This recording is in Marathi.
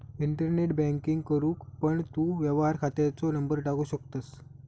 इंटरनेट बॅन्किंग करूक पण तू व्यवहार खात्याचो नंबर टाकू शकतंस